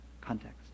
context